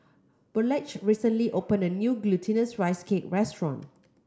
Burleigh recently opened a new Glutinous Rice Cake restaurant